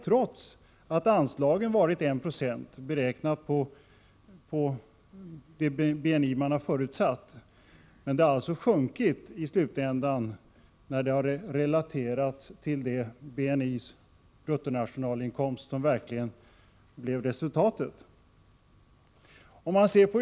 Trots att anslagen har utgjort 1 20 av beräknad BNI, har de sjunkit i slutändan när de har relaterats till den verkliga bruttonationalinkomsten.